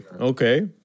Okay